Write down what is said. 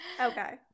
Okay